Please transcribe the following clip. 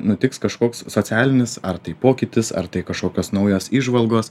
nutiks kažkoks socialinis ar tai pokytis ar tai kažkokios naujos įžvalgos